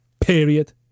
Period